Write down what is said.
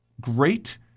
great